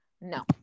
No